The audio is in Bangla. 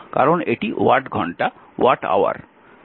কারণ এটি ওয়াট ঘন্টা watt hour